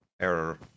error